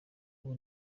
ubu